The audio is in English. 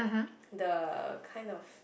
the kind of